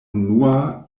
unua